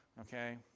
Okay